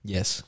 Yes